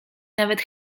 nawet